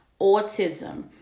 autism